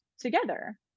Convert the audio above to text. together